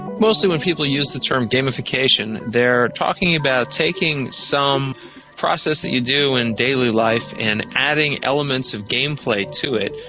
mostly when people use the term gamification they are talking about taking some process that you do and daily life and adding elements of game play to it,